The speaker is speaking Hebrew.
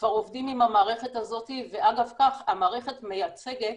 כבר עובדים עם המערכת הזאת ואגב כך, המערכת מייצגת